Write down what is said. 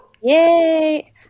Yay